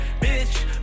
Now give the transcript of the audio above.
bitch